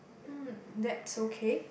hmm that's okay